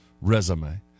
resume